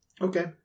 Okay